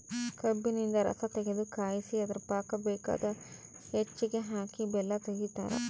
ಕಬ್ಬಿನಿಂದ ರಸತಗೆದು ಕಾಯಿಸಿ ಅದರ ಪಾಕ ಬೇಕಾದ ಹೆಚ್ಚಿಗೆ ಹಾಕಿ ಬೆಲ್ಲ ತೆಗಿತಾರ